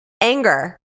Anger